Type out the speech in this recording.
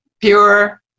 pure